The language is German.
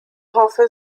hoffe